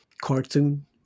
cartoon